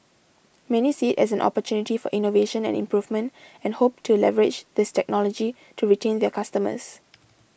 many see as an opportunity for innovation and improvement and hope to leverage this technology to retain their customers